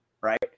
Right